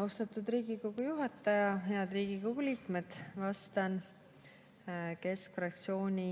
Austatud Riigikogu juhataja! Head Riigikogu liikmed! Vastan keskfraktsiooni